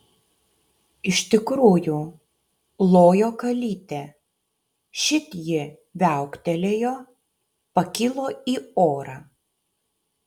iš tikrųjų lojo kalytė šit ji viauktelėjo pakilo į orą